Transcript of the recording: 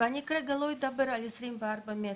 ואני כרגע לא אדבר על 24 מטר,